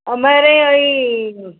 અમારે અહીં